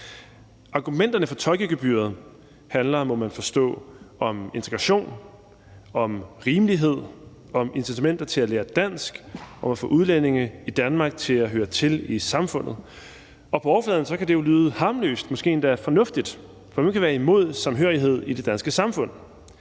Argumenterne for tolkegebyret handler, må man forstå, om integration, om rimelighed, om incitamenter til at lære dansk og om at få udlændinge i Danmark til at høre til i samfundet, og på overfladen kan det jo lyde harmløst og måske endda fornuftigt. For hvem kan være imod samhørighed i det danske samfund?